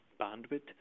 bandwidth